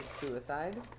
suicide